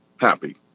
happy